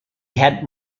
had